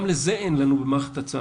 גם לזה אין לנו הצעה במערכת,